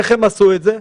איך הם עשו את זה?